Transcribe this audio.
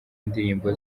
indirimbo